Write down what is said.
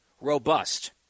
robust